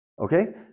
Okay